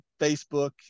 Facebook